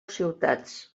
ciutats